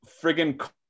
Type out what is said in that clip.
Friggin